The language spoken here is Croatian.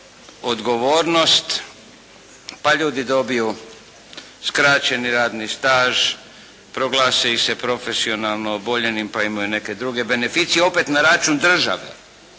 pa ljudi dobiju skraćeni radni staž, proglasi ih se profesionalno oboljelim pa imaju neke druge beneficije, opet na račun države